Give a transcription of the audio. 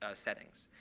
ah settings.